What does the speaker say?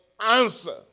answer